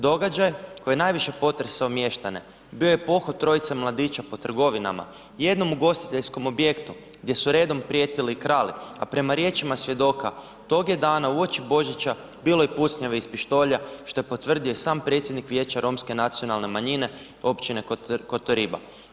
Događaj koji je najviše potresao mještane bio je pohod trojice mladića po trgovinama, jednom ugostiteljskom objektu gdje su redom prijetili i krali, a prema riječima svjedoka tog je dana uoči Božića bilo i pucnjave iz pištolja što je potvrdio i sam predsjednik vijeća romske nacionalne manjine općine Kotoriba.